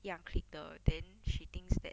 一样 clique 的 then she thinks that